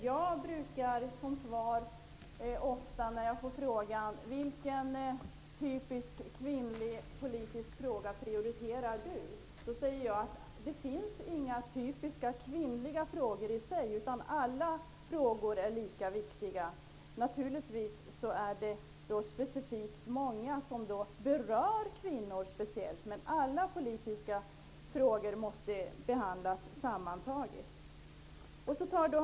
Det händer att jag får frågan: Vilken typisk kvinnlig politisk fråga prioriterar du? Då svarar jag ofta att det inte finns några typiskt kvinnliga frågor -- alla frågor är lika viktiga. Naturligtvis är det många som berör kvinnor speciellt, men alla politiska frågor måste behandlas sammantaget.